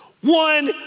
One